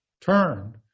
turn